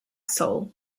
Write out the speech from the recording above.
soul